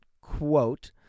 quote